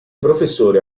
professore